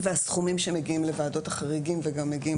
והסכומים שמגיעים לוועדות החריגים וגם מגיעים